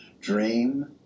dream